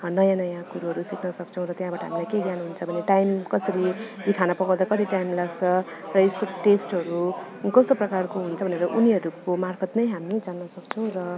नयाँ नयाँ कुरोहरू सिक्नसक्छौँ र त्यहाँबाट हामीलाई के ज्ञान हुन्छ भने टाइम कसरी यो खाना पकाउँदा कति टाइम लाग्छ र यसको टेस्टहरू कस्तो प्रकारको हुन्छ भनेर उनीहरूको मार्फत् नै हामी जान्नसक्छौँ र